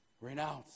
Renounce